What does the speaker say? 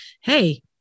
hey